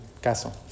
caso